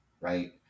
right